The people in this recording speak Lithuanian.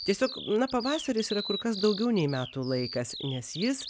tiesiog na pavasaris yra kur kas daugiau nei metų laikas nes jis